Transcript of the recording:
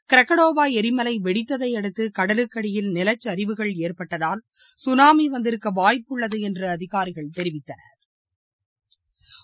க்ரக்கடோவாளரிமலைவெடித்ததையடுத்துகடலுக்கடியில் நிலச்சரிவுகள் ஏற்பட்டதால் சுனாமிவந்திருக்கவாய்ப்புள்ளதுஎன்றுஅதிகாரிகள் தெரிவித்தனா்